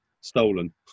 stolen